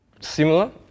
similar